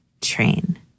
train